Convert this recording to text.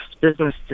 business